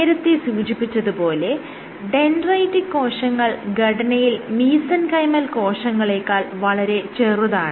നേരത്തെ സൂചിപ്പിച്ചത് പോലെ ഡെൻഡ്രൈറ്റിക് കോശങ്ങൾ ഘടനയിൽ മീസെൻകൈമൽ കോശങ്ങളെക്കാൾ വളരെ ചെറുതാണ്